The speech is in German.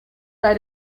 bei